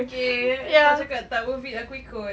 okay kau cakap tak worth it aku ikut